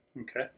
Okay